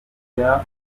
los